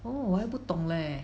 oh 我还不懂 leh